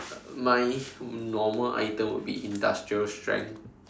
my normal item would be industrial strength